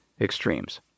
extremes